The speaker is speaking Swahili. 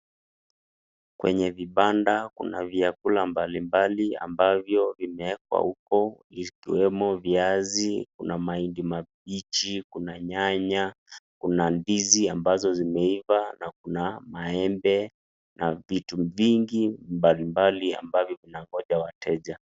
Kwenye vibanda kuna vyakula mbalimbali ambavyo vimewekwa huko ikiwemo viazi, kuna mahindi mabichi, kuna nyanya ,kuna ndizi ambazo zimeiva na kuna maembe na vitu vingi mbalimbali ambavyo vinangoja wateja.